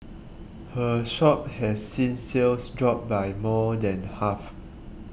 her shop has seen sales drop by more than half